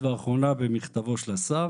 והאחרונה במכתבו של השר